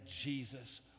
Jesus